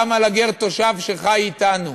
וגם על הגר התושב שחי אתנו,